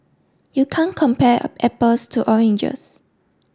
you can't compare apples to oranges